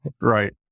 Right